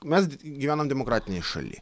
mes gyvenam demokratinėj šaly